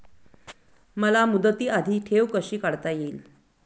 मला मुदती आधी ठेव कशी काढता येईल?